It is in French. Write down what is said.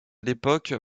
l’époque